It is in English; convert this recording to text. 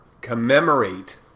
commemorate